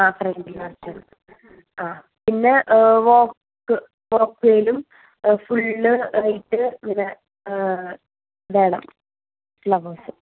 ആ പിന്നെ walk walk വേയിലും ഫുള്ള് ആയിട്ട് പിന്നെ ഇങ്ങനെ വേണം ഫ്ളവേഴ്സ്